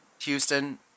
Houston